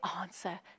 answer